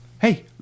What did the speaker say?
Hey